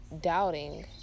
doubting